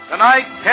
Tonight